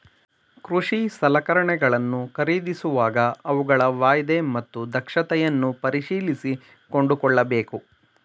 ಕೃಷಿ ಸಲಕರಣೆಗಳನ್ನು ಖರೀದಿಸುವಾಗ ಅವುಗಳ ವಾಯ್ದೆ ಮತ್ತು ದಕ್ಷತೆಯನ್ನು ಪರಿಶೀಲಿಸಿ ಕೊಂಡುಕೊಳ್ಳಬೇಕು